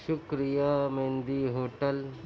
شکریہ میندی ہوٹل